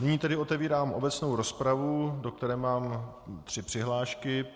Nyní tedy otevírám obecnou rozpravu, do které mám tři přihlášky.